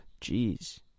Jeez